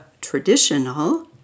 traditional